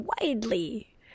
widely